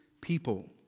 people